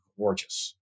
gorgeous